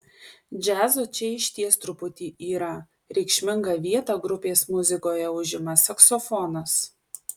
džiazo čia išties truputį yra reikšmingą vietą grupės muzikoje užima saksofonas